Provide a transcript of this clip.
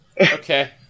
Okay